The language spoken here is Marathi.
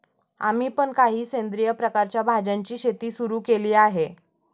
आम्ही पण काही सेंद्रिय प्रकारच्या भाज्यांची शेती सुरू केली आहे